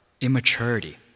immaturity